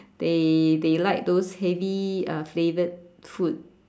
they they like those heavy uh flavoured food